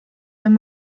wenn